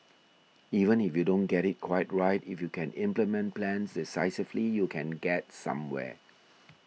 even if you don't get it quite right if you can implement plans decisively you can get somewhere